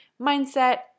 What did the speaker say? mindset